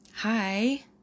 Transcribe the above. Hi